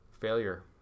failure